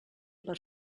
per